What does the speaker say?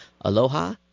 Aloha